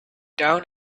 down